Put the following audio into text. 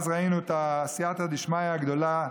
אז ראינו את הסייעתא דשמיא הגדולה,